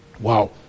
Wow